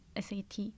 SAT